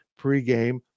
pregame